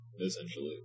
essentially